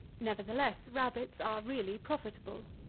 nevertheless, rabbits are really profitable.